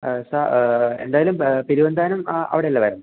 സാ എന്തായാലും പെരുവന്താനം ആ അവിടയല്ലേ വരണ്ടേ